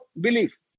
belief